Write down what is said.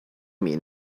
mean